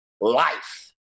life